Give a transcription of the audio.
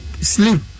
sleep